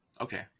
okay